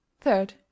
third